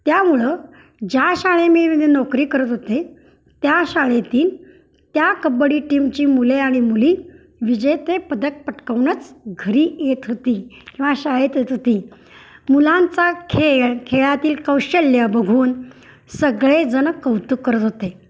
त्यामुळं ज्या शाळेमे मी नोकरी करत होते त्या शाळेतील त्या कबड्डी टीमची मुले आणि मुली विजेते पदक पटकावूनच घरी येत होती किंवा शाळेत येत होती मुलांचा खेळ खेळातील कौशल्य बघून सगळेजण कौतुक करत होते